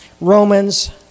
Romans